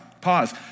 Pause